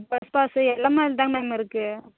bus pass எல்லாமே அதுல தான் மேம் இருக்கு